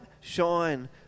shine